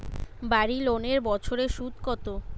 বাড়ি লোনের বছরে সুদ কত?